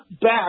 back